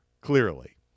clearly